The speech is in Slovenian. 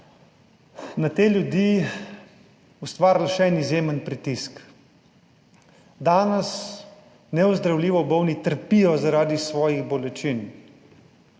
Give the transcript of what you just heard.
na te ljudi ustvarili še en izjemen pritisk. Danes neozdravljivo bolni trpijo zaradi svojih bolečin;